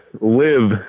live